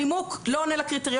הנימוק לא עונה על הקריטריונים.